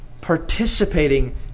participating